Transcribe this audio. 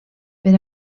per